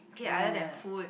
okay other than food